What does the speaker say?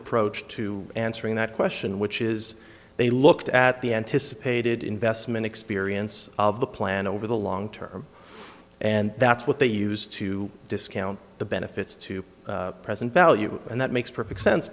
approach to answering that question which is they looked at the anticipated investment experience of the plan over the long term and that's what they used to discount the benefits to the present value and that makes perfect sense